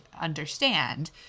understand